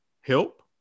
Help